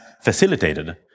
facilitated